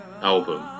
album